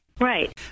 Right